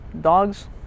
dogs